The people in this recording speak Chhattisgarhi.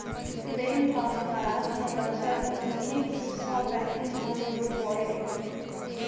बेंक ऑफ महारास्ट ह बछर उन्नीस सौ पैतीस म सुरू होए हे